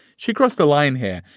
she crossed a line here.